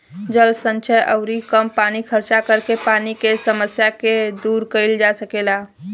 जल संचय अउरी कम पानी खर्चा करके पानी के समस्या के दूर कईल जा सकेला